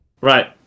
right